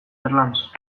erlanz